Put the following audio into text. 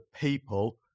people